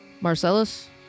Marcellus